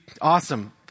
Awesome